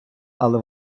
але